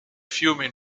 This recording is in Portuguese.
filme